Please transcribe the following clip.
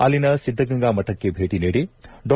ಅಲ್ಲಿನ ಸಿದ್ದಗಂಗಾ ಮಠಕ್ಕೆ ಭೇಟಿ ನೀಡಿ ಡಾ